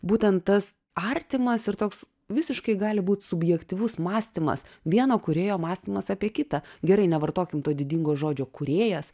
būtent tas artimas ir toks visiškai gali būt subjektyvus mąstymas vieno kūrėjo mąstymas apie kitą gerai nevartokim to didingo žodžio kūrėjas